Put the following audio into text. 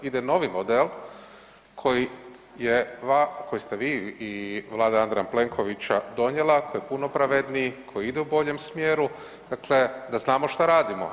Ide novi model koji je, koji ste vi i Vlada Andreja Plenkovića donijela, koji je puno pravedniji, koji ide u boljem smjeru, dakle da znamo šta radimo.